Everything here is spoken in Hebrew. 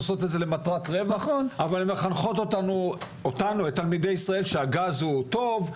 עושות את זה למטרת רווח אבל הן מחנכות את תלמידי ישראל שהגז הוא טוב,